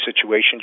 situations